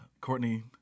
Courtney